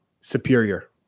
superior